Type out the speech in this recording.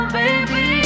baby